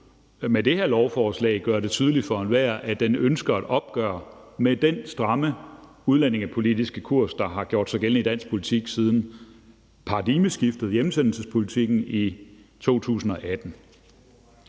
med det her lovforslag gør det tydeligt for enhver, at den ønsker et opgør med den stramme udlændingepolitiske kurs, der har gjort sig gældende i dansk politik siden paradigmeskiftet, hjemsendelsespolitikken, i 2018.